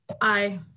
Aye